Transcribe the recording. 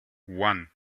one